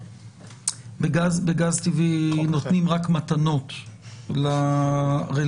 בגז טבעי נותנים רק מתנות לרלוונטיים,